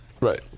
Right